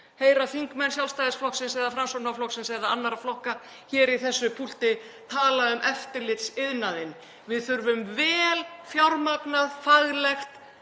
heyra þingmenn Sjálfstæðisflokksins, Framsóknarflokksins eða annarra flokka hér í þessu púlti tala um eftirlitsiðnaðinn. Við þurfum vel fjármagnað og faglegt